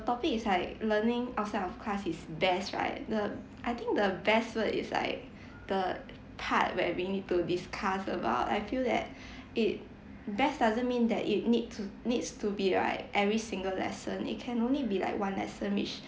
topic is like learning outside of class is best right the I think the best word is like the part where we need to discuss about I feel that it best doesn't mean that it need to needs to be like every single lesson it can only be like one lesson which